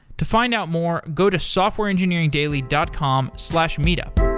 to find out more, go to softwareengineeringdaily dot com slash meet up